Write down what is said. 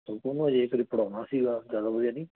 ਹੁਕਮ ਹੋ ਜੇ ਫਿਰ ਪੜ੍ਹਾਉਣਾ ਸੀਗਾ ਜ਼ਿਆਦਾ ਵਧੀਆ ਨਹੀਂ